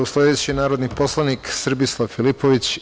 Sledeći je narodni poslanik Srbislav Filipović.